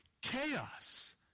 chaos